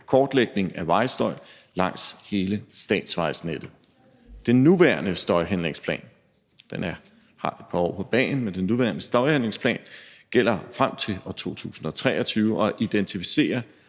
kortlægning af vejstøj langs hele statsvejnettet. Den nuværende støjhandlingsplan – den har et par år på bagen – gælder frem til 2023 og identificerer